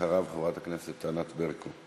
אחריו, חברת הכנסת ענת ברקו.